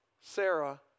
Sarah